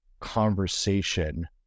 conversation